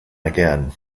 again